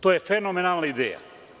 To je fenomenalna ideja.